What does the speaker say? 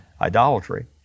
idolatry